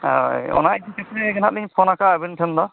ᱦᱳᱭ ᱚᱱᱟ ᱤᱫᱤ ᱠᱟᱛᱮᱫ ᱜᱮ ᱦᱟᱸᱜ ᱞᱤᱧ ᱯᱷᱳᱱ ᱠᱟᱜᱼᱟ ᱟᱹᱵᱤᱱ ᱴᱷᱮᱱ ᱫᱚ